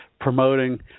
promoting